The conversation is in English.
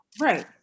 right